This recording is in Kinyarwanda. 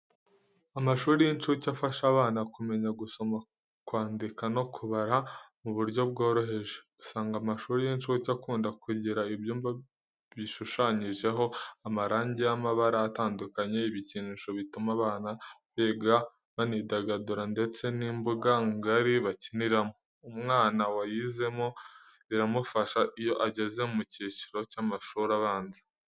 Amashuri y'incuke afasha abana kumenya gusoma, kwandika no kubara mu buryo bworoheje. Usanga amashuri y'incuke akunda kugira ibyumba bishushanyijeho amarangi y’amabara atandukanye, ibikinisho bituma abana biga banidagadura ndetse n'imbuga ngari bakiniramo. Umwana wayizemo biramufasha iyo ageze mu cyiciro cy'amashuri abanza.